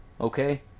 okay